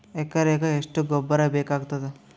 ಎಕರೆಗ ಎಷ್ಟು ಗೊಬ್ಬರ ಬೇಕಾಗತಾದ?